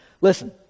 Listen